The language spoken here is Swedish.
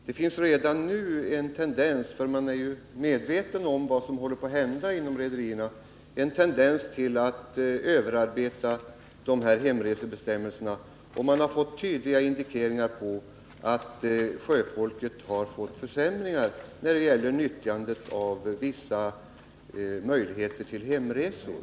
Det finns redan nu — man är inom rederierna medveten om vad som håller på att hända — en tendens till att överarbeta hemresebestämmelserna. Det finns tydliga indikeringar på försämringar för sjöfolket när det gäller nyttjandet av vissa möjligheter till hemresor.